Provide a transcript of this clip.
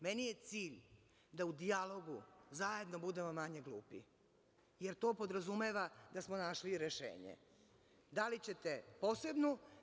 Meni je cilj da u dijalogu zajedno budemo manje glupi, jer to podrazumeva da smo našli rešenje, da li ćete posebno.